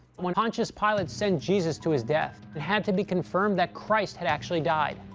when pontius pilate sent jesus to his death, it had to be confirmed that christ had actually died,